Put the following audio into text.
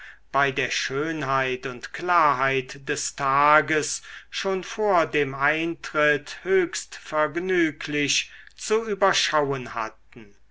bei der schönheit und klarheit des tages schon vor dem eintritt höchst vergnüglich zu überschauen hatten